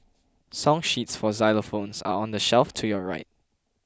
song sheets for xylophones are on the shelf to your right